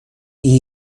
این